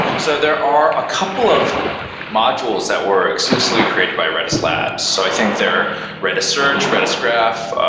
so there are a couple of modules that were exclusively created by redis labs. so i think they're redis search, redis graph,